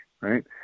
right